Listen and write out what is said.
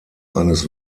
eines